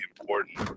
important